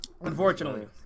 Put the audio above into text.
Unfortunately